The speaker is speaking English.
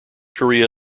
korea